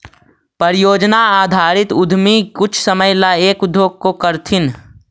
परियोजना आधारित उद्यमी कुछ समय ला एक उद्योग को करथीन